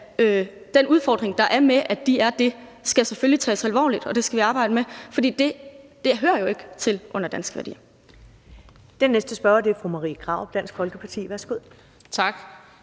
den udfordring, der er med, at de er det, skal selvfølgelig tages alvorligt, og det skal vi arbejde med. For det hører jo ikke til under danske værdier. Kl. 12:00 Første næstformand (Karen Ellemann): Den næste spørger er fru Marie Krarup, Dansk Folkeparti. Værsgo. Kl.